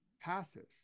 passes